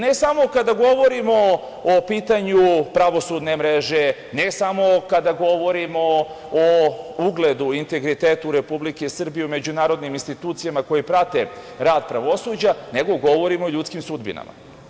Ne samo kada govorimo o pitanju pravosudne mreže, ne samo kada govorimo o ugledu i integritetu Republike Srbije u međunarodnim institucijama koji prate rad pravosuđa, nego govorim o ljudskim sudbinama.